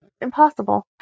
impossible